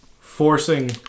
Forcing